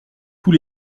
tous